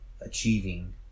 achieving